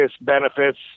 benefits